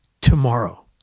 tomorrow